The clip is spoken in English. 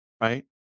right